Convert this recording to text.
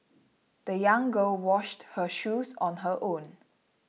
the young girl washed her shoes on her own